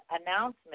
announcement